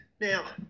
Now